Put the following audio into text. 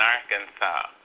Arkansas